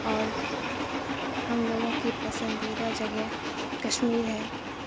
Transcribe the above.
اور ہم لوگوں کی پسندیدہ جگہ کشمیر ہے